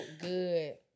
good